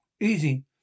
Easy